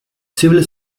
civil